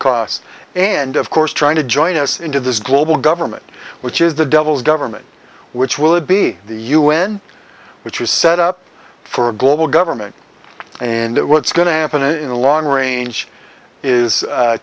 costs and of course trying to join us into this global government which is the devil's government which would be the u n which was set up for a global government and that what's going to happen in the long range is